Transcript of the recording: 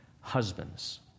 Husbands